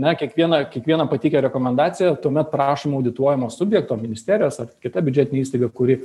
na kiekvieną kiekvieną pateikę rekomendaciją tuomet prašom audituojamo subjekto ministerijos ar kita biudžetinė įstaiga kuri